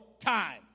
time